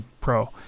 Pro